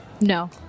No